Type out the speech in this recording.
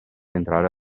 entrare